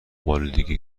آلودگی